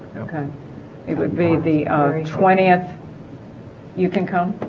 okay it would be the twentieth you can come